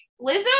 Lizzo